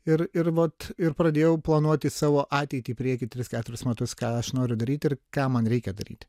ir ir vat ir pradėjau planuoti savo ateitį į priekį tris keturis metus ką aš noriu daryti ir ką man reikia daryti